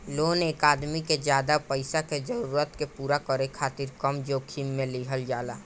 loan एक आदमी के ज्यादा पईसा के जरूरत के पूरा करे खातिर कम जोखिम में लिहल जाला